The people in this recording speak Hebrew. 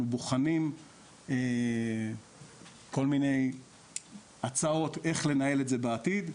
אנחנו בוחנים כל מיני הצעות כיצד לנהל את זה בעתיד,